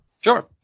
Sure